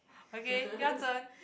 okay your turn